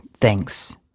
thanks